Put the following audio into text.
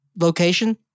location